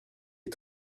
est